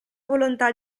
volontà